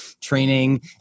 training